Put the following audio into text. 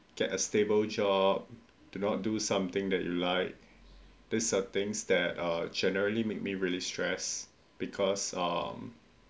get a stable job do not do something that you like these are things that uh generally make me really stress because hmm